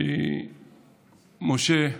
משה,